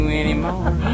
anymore